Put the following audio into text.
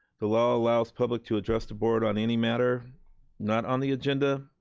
the law allows public to address the board on any matter not on the agenda,